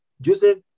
Joseph